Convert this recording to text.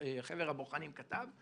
שחבר הבוחנים כתב,